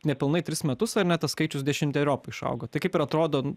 nepilnai tris metus ar ne tas skaičius dešimteriopai išaugo tai kaip ir atrodo